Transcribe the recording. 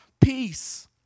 peace